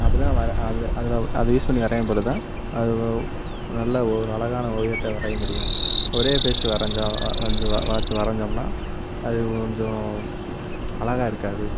அப்போதான் வரை அது அதில் யூஸ் பண்ணி வரைய பொழுதுதான் அது ஒ நல்ல ஒரு அழகான ஓவியத்தை வரைய முடியும் ஒரே ப்ரஸ் வரைஞ்சால் வந்து வ வளைத்து வரைஞ்சோம்ன்னா அது கொஞ்சம் அழகா இருக்காது